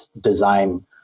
design